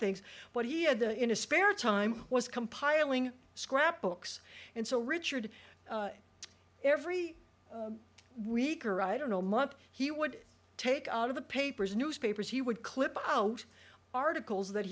things but he had a in his spare time was compiling scrap books and so richard every week or i don't know month he would take out of the papers newspapers he would clip out articles that